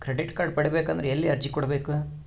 Credit card ಪಡಿಬೇಕು ಅಂದ್ರ ಎಲ್ಲಿ ಅರ್ಜಿ ಕೊಡಬೇಕು?